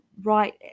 right